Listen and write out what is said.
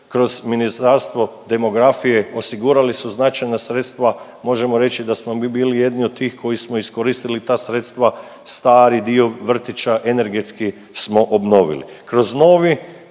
kroz Ministarstvo demografije osigurali su značajna sredstva, možemo reći da smo mi bili jedni od tih koji smo iskoristili ta sredstva stari dio vrtića energetski smo obnovili. Kroz novi